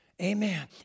Amen